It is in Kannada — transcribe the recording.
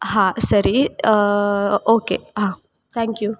ಹಾಂ ಸರಿ ಓಕೆ ಹಾಂ ಥ್ಯಾಂಕ್ ಯು